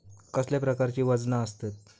कसल्या प्रकारची वजना आसतत?